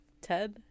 Ted